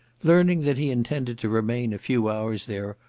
learning that he intended to remain a few hours there,